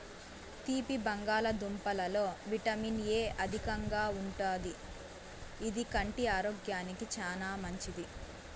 తీపి బంగాళదుంపలలో vitamin A అధికంగా ఉంటాది, ఇది కంటి ఆరోగ్యానికి చానా మంచిది